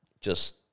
Just-